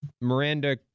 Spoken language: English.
Miranda